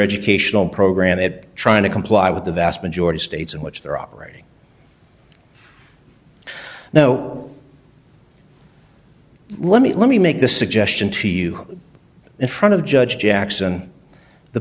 educational program that trying to comply with the vast majority states in which they're operating now let me let me make the suggestion to you in front of judge jackson the